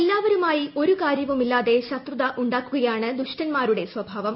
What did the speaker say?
എല്ലാവരുമായി ഒരു കാര്യവുമില്ലാതെ ശത്രുത ഉണ്ടാക്കുകയാണ് ദുഷ്ടന്മാരുടെ സ്വഭാവം